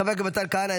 חבר הכנסת מתן כהנא,